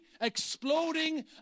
exploding